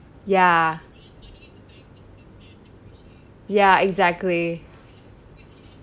ya ya exactly